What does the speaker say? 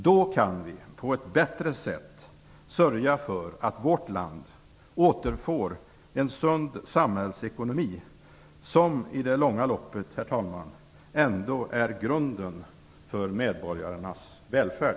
Då kan vi på ett bättre sätt sörja för att vårt land återfår en sund samhällsekonomi som i det långa loppet, herr talman, ändå är grunden för medborgarnas välfärd.